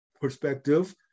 perspective